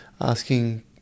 asking